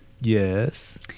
Yes